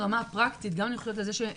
ברמה הפרקטית: גם אם אני חושבת על זה שהם